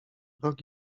rok